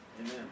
Amen